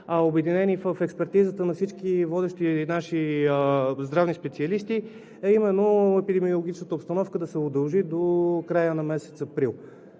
обединени в експертизата на всички водещи наши здравни специалисти, е именно епидемиологичната обстановка да се удължи до края на месец април.